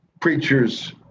preachers